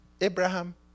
Abraham